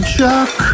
Chuck